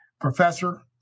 professor